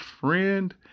friend